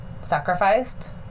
sacrificed